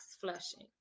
flushing